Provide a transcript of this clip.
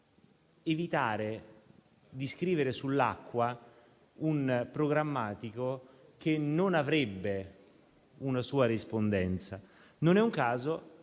evitare di scrivere sull'acqua un testo programmatico che non avrebbe una sua rispondenza. Non è un caso